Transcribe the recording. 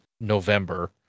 November